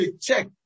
check